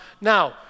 Now